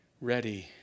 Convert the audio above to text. ready